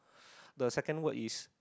the second word is